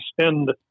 spend